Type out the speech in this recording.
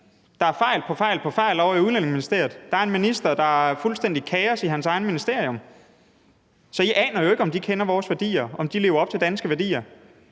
Der er fejl på fejl ovre i Udlændinge- og Integrationsministeriet, og der er en minister med fuldstændig kaos i sit eget ministerium. Så I aner jo ikke, om de kender vores værdier, og om de lever op til danske værdier.